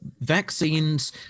vaccines